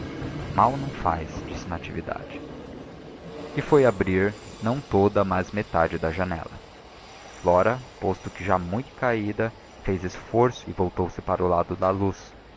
mal não faz disse natividade e foi abrir não toda mas metade da janela flora posto que já mui caída fez esforço e voltou-se para o lado da luz